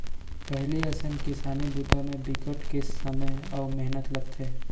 पहिली असन किसानी बूता म बिकट के समे अउ मेहनत लगथे